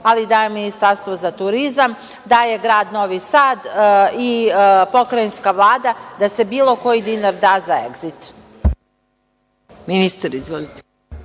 ali daje ministarstvo za turizam, daje grad Novi Sad i pokrajinska Vlada da se bilo koji dinar da za „Egzit“.